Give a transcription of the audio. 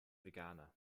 veganer